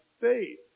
faith